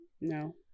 No